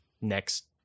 next